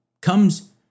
comes